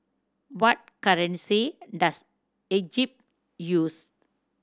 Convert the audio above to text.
what currency does Egypt use